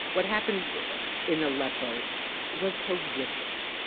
what happened in aleppo was horrific.